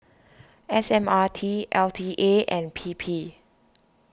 S M R T L T A and P P